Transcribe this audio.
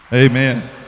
Amen